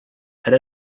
head